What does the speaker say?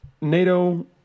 NATO